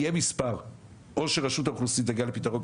יהיה מספר או שרשות האוכלוסין תגיע לפתרון,